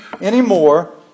anymore